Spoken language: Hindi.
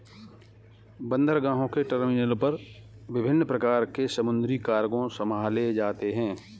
बंदरगाहों के टर्मिनल पर विभिन्न प्रकार के समुद्री कार्गो संभाले जाते हैं